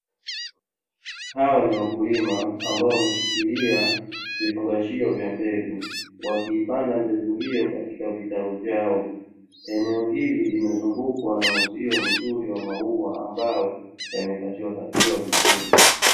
Hawa ni wakulima ambao wameshikilia vifungashio vya mbegu wakipanda mbegu hiyo katika vitalu vyao, eneo hili limezungukwa na uzio mzuri wa maua ambayo yamekatiwakatiwa vizuri.